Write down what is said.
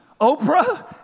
Oprah